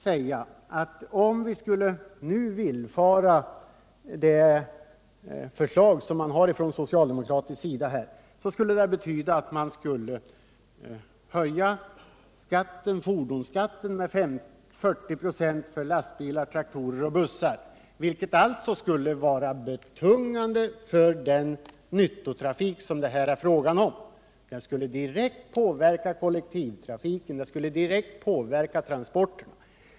Ett villfarande av socialdemokraternas förslag om en höjning av fordonsskatten med 40 96 för lastbilar, traktorer och bussar skulle vara betungande för den nyttotrafik det här är fråga om och skulle direkt påverka kollektivtrafiken och transporterna.